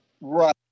Right